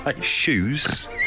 shoes